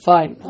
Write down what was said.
Fine